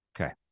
Okay